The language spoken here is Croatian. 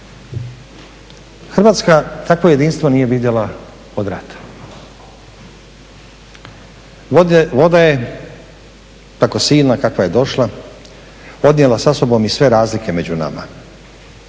Hrvatska takvo jedinstvo nije vidjela od rata. Voda je tako silna kakva je došla odnijela sa sobom i sve razlike među nama